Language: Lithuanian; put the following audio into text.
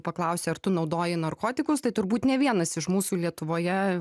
paklausi ar tu naudoji narkotikus tai turbūt ne vienas iš mūsų lietuvoje